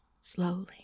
slowly